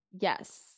yes